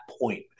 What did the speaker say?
point